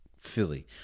Philly